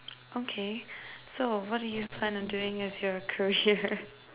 okay so what do you plan on doing as your career